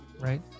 right